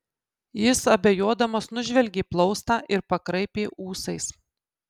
jis abejodamas nužvelgė plaustą ir pakraipė ūsais